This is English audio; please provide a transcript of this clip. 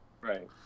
Right